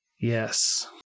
Yes